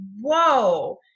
whoa